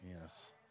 yes